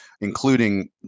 including